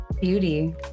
beauty